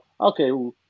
okay